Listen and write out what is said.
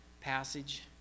passage